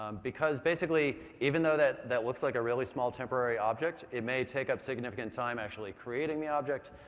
um because, basically, even though that that looks like a really small temporary object, it may take up significant time actually creating the object,